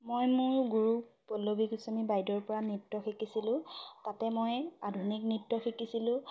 মই মোৰ গুৰু পল্লৱী গোস্বামী বাইদেউৰ পৰা নৃত্য শিকিছিলোঁ তাতে মই আধুনিক নৃত্য শিকিছিলোঁ